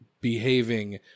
behaving